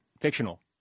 Fictional